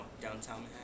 downtown